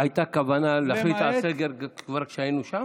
הייתה כוונה להחליט על סגר כבר כשהיינו שם?